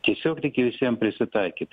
tiesiog reikia visiem prisitaikyt